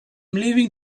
leaving